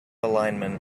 alignment